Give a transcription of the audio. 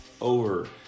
over